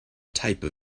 type